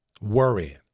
Worrying